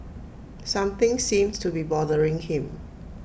something seems to be bothering him